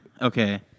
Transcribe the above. Okay